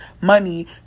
money